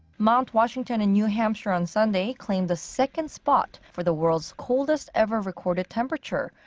mount washington in new hampshire on sunday claimed the second spot for the world's coldest ever recorded temperature.